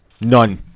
None